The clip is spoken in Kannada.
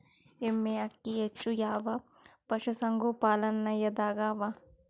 ಎಮ್ಮೆ ಅಕ್ಕಿ ಹೆಚ್ಚು ಯಾವ ಪಶುಸಂಗೋಪನಾಲಯದಾಗ ಅವಾ?